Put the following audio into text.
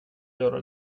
göra